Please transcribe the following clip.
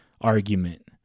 argument